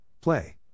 play